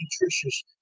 nutritious